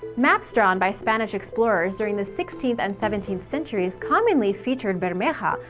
maps drawn by spanish explorers during the sixteenth and seventeenth centuries commonly featured bermeja,